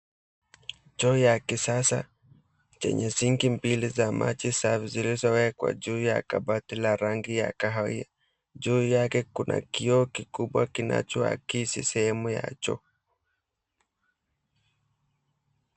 Choo ya kisasa yenye sinki mbili za maji safi zilizowekwa juu ya kabati la rangi ya kahawia. Juu yake kuna kioo kikubwa kinachoakizi sehemu ya choo.